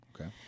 Okay